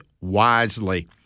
wisely